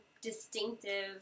distinctive